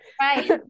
Right